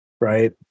right